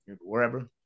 wherever